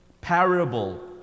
parable